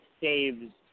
saves